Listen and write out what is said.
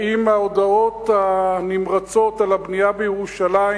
האם ההודעות הנמרצות על הבנייה בירושלים